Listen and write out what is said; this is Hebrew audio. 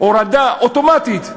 הורדה אוטומטית,